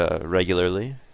regularly